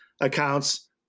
accounts